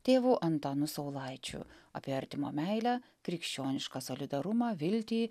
tėvu antanu saulaičiu apie artimo meilę krikščionišką solidarumą viltį